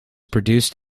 produced